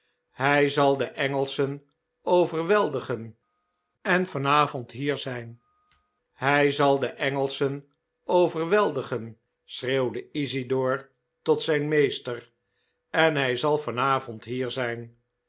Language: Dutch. hij zal de engelschen overweldigen en van avond hier zijn hij zal de engelschen overweldigen schreeuwde isidor tot zijn meester en hij zal van avond hier zijn